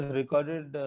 recorded